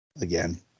Again